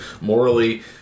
morally